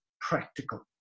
practical